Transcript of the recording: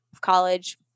college